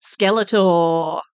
Skeletor